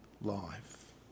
life